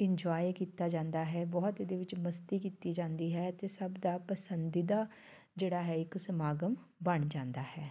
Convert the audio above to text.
enjoy ਕੀਤਾ ਜਾਂਦਾ ਹੈ ਬਹੁਤ ਇਹਦੇ ਵਿੱਚ ਮਸਤੀ ਕੀਤੀ ਜਾਂਦੀ ਹੈ ਅਤੇ ਸਭ ਦਾ ਪਸੰਦੀਦਾ ਜਿਹੜਾ ਹੈ ਇੱਕ ਸਮਾਗਮ ਬਣ ਜਾਂਦਾ ਹੈ